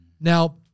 Now